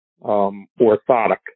orthotic